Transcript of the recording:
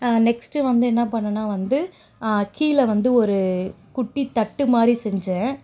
next வந்து என்ன பண்ணேன்னா வந்து கீழ வந்து ஒரு குட்டி தட்டுமாதிரி செஞ்சேன்